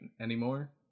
anymore